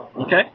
okay